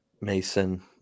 Mason